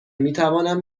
میتوانم